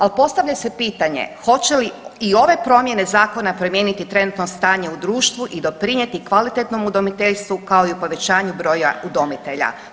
Ali postavlja se pitanje hoće li i ove promjene zakona promijeniti trenutno stanje u društvu i doprinijeti kvalitetnom udomiteljstvu kao i povećanju broja udomitelja?